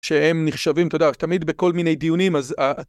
שהם נחשבים, אתה יודע תמיד בכל מיני דיונים אז...